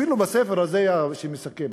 אפילו בספר הזה, שמסכם.